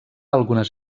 algunes